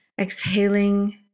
exhaling